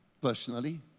personally